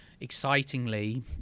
excitingly